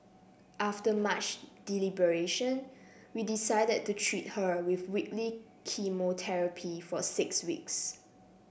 after much deliberation we decided to treat her with weekly chemotherapy for six weeks